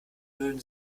würden